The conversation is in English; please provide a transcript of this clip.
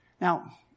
Now